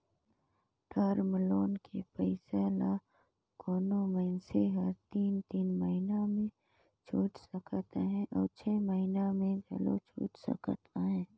term loan के पइसा ल कोनो मइनसे हर तीन तीन महिना में छुइट सकत अहे अउ छै महिना में घलो छुइट सकत अहे